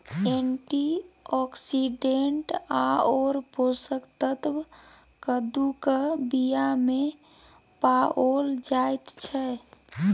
antioxidant आओर पोषक तत्व कद्दूक बीयामे पाओल जाइत छै